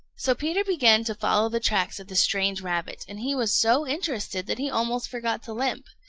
so peter began to follow the tracks of the strange rabbit, and he was so interested that he almost forgot to limp.